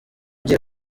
igiye